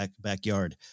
backyard